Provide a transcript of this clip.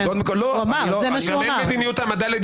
אז קודם כל לא, אני לא --- לימור סון הר מלך